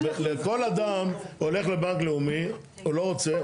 לכל אדם הולך לבנק לאומי הוא לא רוצה,